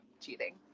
cheating